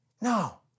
No